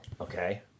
okay